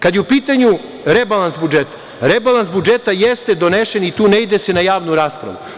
Kad je u pitanju rebalans budžeta, rebalans budžeta jeste donesen i u se ne ide na javnu raspravu.